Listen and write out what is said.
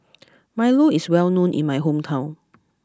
Milo is well known in my hometown